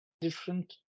different